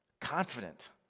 confident